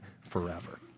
forever